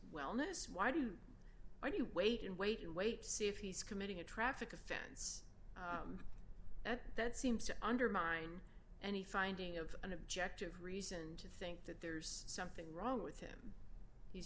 wellness why do you do you wait and wait and wait to see if he's committing a traffic offense at that seems to undermine any finding of an objective reason to think that there's something wrong with him he's